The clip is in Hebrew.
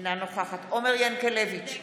אינה נוכחת עומר ינקלביץ'